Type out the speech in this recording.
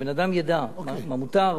שבן-אדם ידע מה מותר,